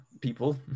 people